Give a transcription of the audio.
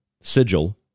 sigil